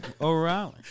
O'Reilly